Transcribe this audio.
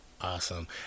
Awesome